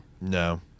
No